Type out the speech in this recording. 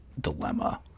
dilemma